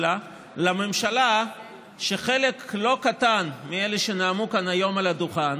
לממשלה שחלק לא קטן מאלה שנאמו כאן היום על הדוכן